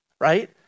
right